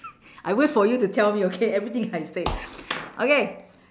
I wait for you to tell me okay everything I say okay